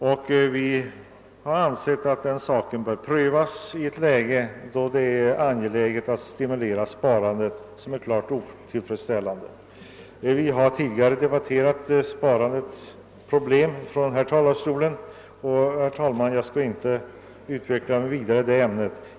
Vi på folkpartihåll har ansett att den saken bör prövas i ett läge där det är angeläget att stimulera sparandet, som är klart otillfredsställande. Sparandets problem har tidigare många gånger debatterats här i kammaren, och jag skall inte utveckla några synpunkter i det ämnet.